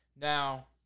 Now